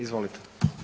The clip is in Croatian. Izvolite.